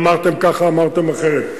אמרתם ככה אמרתם אחרת.